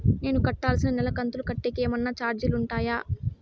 నేను కట్టాల్సిన నెల కంతులు కట్టేకి ఏమన్నా చార్జీలు ఉంటాయా?